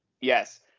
Yes